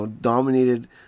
dominated